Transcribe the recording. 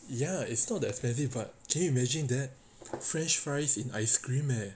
ya it's not that expensive but can you imagine that french fries in ice cream eh